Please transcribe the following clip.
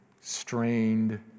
strained